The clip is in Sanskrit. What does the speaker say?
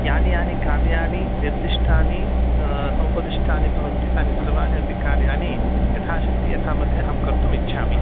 यानि यानि कार्याणि निर्दिष्टानि समुपदिष्टानि भवन्ति तानि सर्वान्यपि कार्याणि यथाशक्ति यथामति अहं कर्तुमिच्छामि